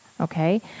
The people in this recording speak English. Okay